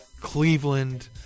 Cleveland